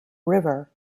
river